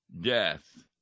death